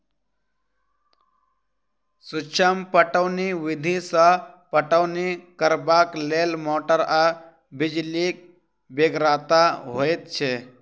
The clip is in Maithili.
सूक्ष्म पटौनी विधि सॅ पटौनी करबाक लेल मोटर आ बिजलीक बेगरता होइत छै